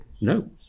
no